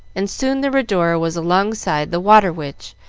and soon the rhodora was alongside the water witch,